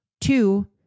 two